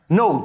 no